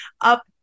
up